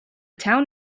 town